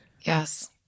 Yes